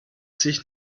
sich